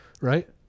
right